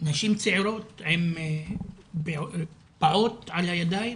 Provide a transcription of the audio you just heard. נשים צעירות עם פעוט על הידיים,